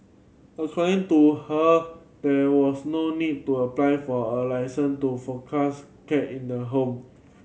according to her there was no need to apply for a licence to foster cat in the home